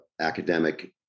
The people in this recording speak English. academic